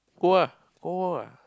go ah go home ah